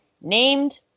named